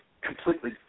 completely